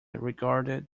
regarded